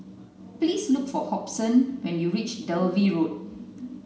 please look for Hobson when you reach Dalvey Road